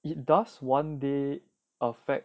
it does one day effect